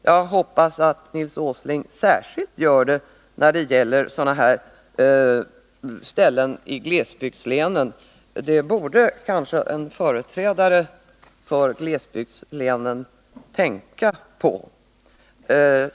Jag hoppas särskilt att Nils Åsling gör det när det gäller glesbygdslänen — det borde kanske en företrädare för glesbygdslänen tänka på.